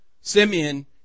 Simeon